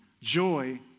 Joy